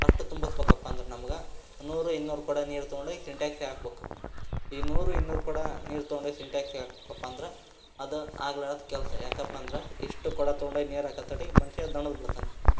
ಅಷ್ಟು ತುಂಬಿಸ್ಬೇಕಪ್ಪ ಅಂದ್ರೆ ನಮ್ಗೆ ನೂರು ಇನ್ನೂರು ಕೊಡ ನೀರು ತಗೊಂಡೋಗಿ ಸಿಂಟೆಕ್ಸಿಗೆ ಹಾಕ್ಬಕು ಈ ನೂರು ಇನ್ನೂರು ಕೊಡ ನೀರು ತಗೊಂಡೋಗ್ ಸಿಂಟೆಕ್ಸಿಗೆ ಹಾಕಬೇಕಪ್ಪ ಅಂದ್ರೆ ಅದು ಆಗ್ಲಾರದ ಕೆಲಸ ಯಾಕಪ್ಪ ಅಂದ್ರೆ ಇಷ್ಟು ಕೊಡ ತಗೊಂಡೋಗಿ ನೀರು ಹಾಕೋ ತಡಿ ಮನುಷ್ಯ ದಣದು ಬಿಡ್ತಾನೆ